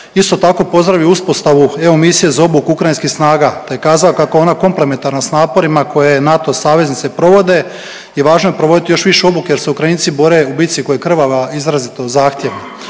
Isto tako, pozdravio bih uspostavu EU misije za obuku ukrajinskih snaga te je kazao kako je ona komplementarna sa naporima koje NATO saveznice provode i važno je provoditi još više obuke jer se Ukrajinci bore u bici koja je krvava, izrazito zahtjevna.